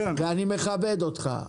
ואני מכבד אותך.